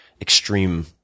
extreme